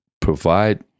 provide